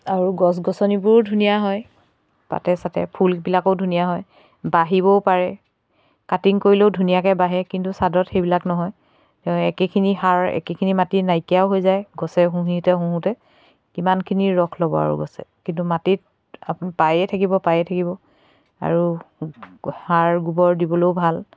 আৰু গছ গছনিবোৰো ধুনীয়া হয় পাতে চাতে ফুলবিলাকো ধুনীয়া হয় বাঢ়িবও পাৰে কাটিং কৰিলেও ধুনীয়াকে বাঢ়ে কিন্তু ছাদত সেইবিলাক নহয় একেখিনি সাৰ একেখিনি মাটি নাইকিয়াও হৈ যায় গছে শুহোঁতে শুহোঁতে কিমানখিনি ৰস ল'ব আৰু গছে কিন্তু মাটিত পায়ে থাকিব পায়ে থাকিব আৰু সাৰ গোবৰ দিবলৈয়ো ভাল